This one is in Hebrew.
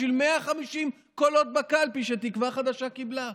בשביל 150 קולות בקלפי שתקווה חדשה קיבלה.